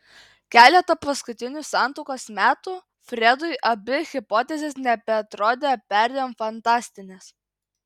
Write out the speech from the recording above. keletą paskutinių santuokos metų fredui abi hipotezės nebeatrodė perdėm fantastinės